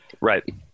Right